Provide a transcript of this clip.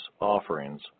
offerings